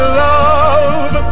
love